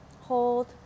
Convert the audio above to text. hold